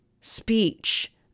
speech